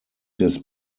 his